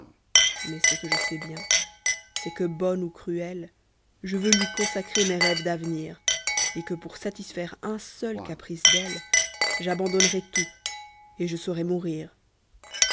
mais ce que je sais bien c'est que bonne ou cruelle je veux lui consacrer mes reves d'avenir et que pour satisfaire un seul caprice d'elle j'abandonnerais tout et je saurais mourir